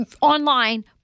online